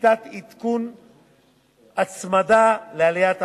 לשיטת עדכון הצמדה לעליית המדד.